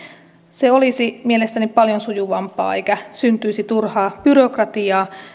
se olisi mielestäni paljon sujuvampaa eikä syntyisi turhaa byrokratiaa